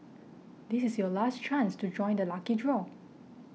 this is your last chance to join the lucky draw